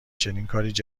جدید